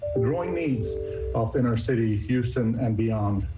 growing needs of inner city houston and beyond.